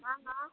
हाँ ने